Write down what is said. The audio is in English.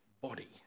body